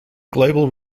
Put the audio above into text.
global